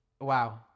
wow